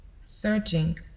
searching